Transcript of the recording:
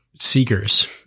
seekers